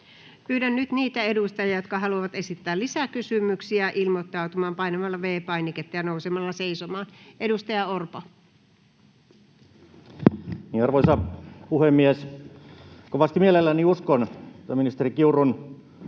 Pyydän nyt niitä edustajia, jotka haluavat esittää lisäkysymyksiä, ilmoittautumaan painamalla V-painiketta ja nousemalla seisomaan. — Edustaja Orpo. [Speech 245] Speaker: Petteri Orpo